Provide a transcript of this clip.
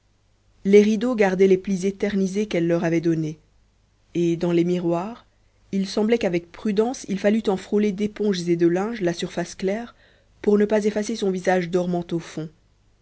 gardaient les plis éternisés qu'elle leur avait donnés et dans les miroirs il semblait qu'avec prudence il fallût en frôler d'éponges et de linges la surface claire pour ne pas effacer son visage dormant au fond